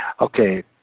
Okay